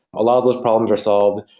a lot of those problems are solved.